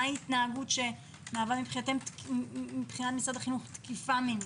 מהי התנהגות שמהווה מבחינת משרד החינוך תקיפה מינית?